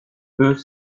eux